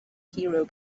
hero